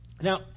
Now